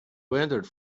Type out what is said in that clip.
wandered